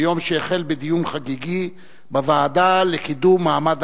ביום שהחל בדיון חגיגי בוועדה לקידום מעמד